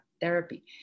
Therapy